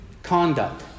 Conduct